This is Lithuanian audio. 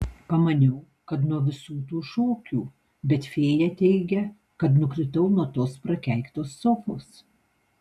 pamaniau kad nuo visų tų šokių bet fėja teigia kad nukritau nuo tos prakeiktos sofos